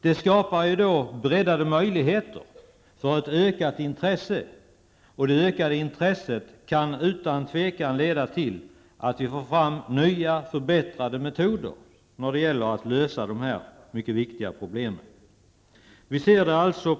Det skapar bredare möjligheter för ett ökat intresse. Och det ökade intresset kan utan tvivel leda till att vi får fram nya och förbättrade metoder när det gäller att lösa dessa mycket viktiga problem. På sikt ser vi det alltså